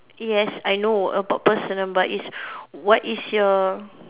yes I know about personal but is what is your